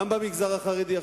גם במגזר החרדי.